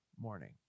morning